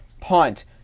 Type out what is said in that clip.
punt